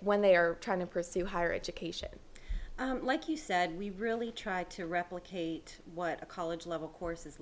when they are trying to pursue higher education like you said we really tried to replicate what a college level courses